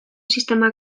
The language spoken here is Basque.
sistema